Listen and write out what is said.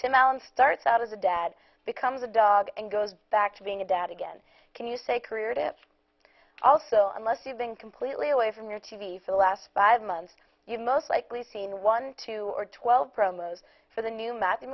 tim allen starts out as a dad becomes a dog and goes back to being a dad again can you say career tips also unless you've been completely away from your t v for the last five months you most likely seen one two or twelve promos for the new matthew